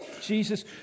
Jesus